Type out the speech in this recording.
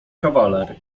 kawaler